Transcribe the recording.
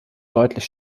deutlich